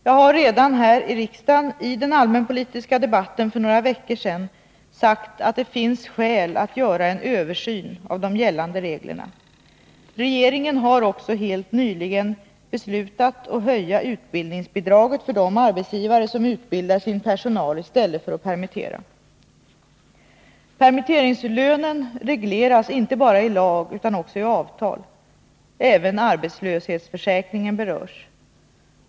Jag har redan här i riksdagen, i den allmänpolitiska debatten för några veckor sedan, sagt att det finns skäl att göra en översyn av de gällande reglerna. Regeringen har också, helt nyligen, beslutat att höja utbildningsbidraget för de arbetsgivare som utbildar sin personal i stället för att permittera. Permitteringslönen regleras inte bara i lag utan också i avtal. Även arbetslöshetsförsäkringen berörs.